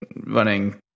running